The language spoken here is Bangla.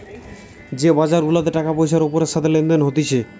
যে বাজার গুলাতে টাকা পয়সার ওপরের সাথে লেনদেন হতিছে